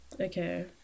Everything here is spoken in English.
okay